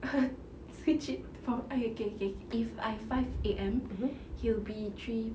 switch it from okay okay okay if I five A_M he will be three